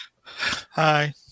Hi